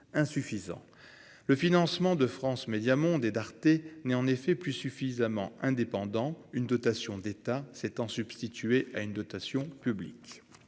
le financement de France Médias Monde et d'Arte n'est en effet plus suffisamment indépendant une dotation d'État s'étant substitué à une dotation publique